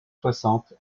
soixante